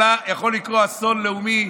יכול לקרות אסון לאומי.